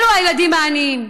אלו הילדים העניים.